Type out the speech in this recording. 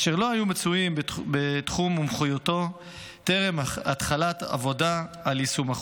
אשר לא היו מצויים בתחום מומחיותו טרם התחלת העבודה על יישום החוק.